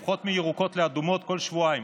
הופכות מירוקות לאדומות כל שבועיים.